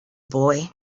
boy